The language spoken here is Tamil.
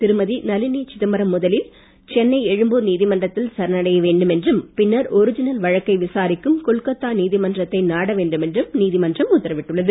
திருமதி நளினி சிதம்பரம் முதலில் சென்னை எழும்பூர் நீதிமன்றத்தில் சரணடைய வேண்டும் என்றும் பின்னர் ஒரிஜினல் வழக்கை விசாரிக்கும் கொல்கத்தா நீதிமன்றத்தை நாட வேண்டும் என்றும் நீதிமன்றம் உத்தரவிட்டுள்ளது